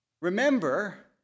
Remember